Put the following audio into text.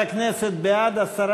חברי הכנסת, בעד, 10,